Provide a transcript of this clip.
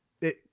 it-